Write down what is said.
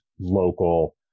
local